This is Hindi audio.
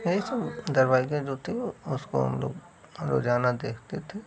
यही सब धरवाहिकें जो थीं वे उसको हम लोग रोज़ाना देखते थे